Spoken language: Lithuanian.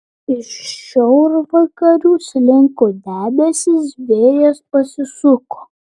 iš šiaurvakarių slinko debesys vėjas pasisuko